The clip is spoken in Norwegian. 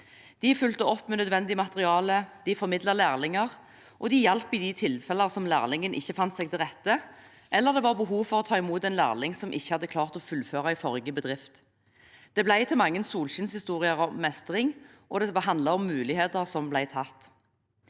De fulgte opp med nødvendig materiale, de formidlet lærlinger, og de hjalp i de tilfellene der lærlingen ikke fant seg til rette eller det var behov for å ta imot en lærling som ikke hadde klart å fullføre i forrige bedrift. Det ble til mange solskinnshistorier og mestring, og det handler om muligheter som ble tatt.